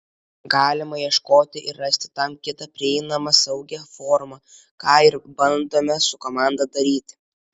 galima ieškoti ir rasti tam kitą prieinamą saugią formą ką ir bandome su komanda daryti